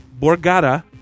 Borgata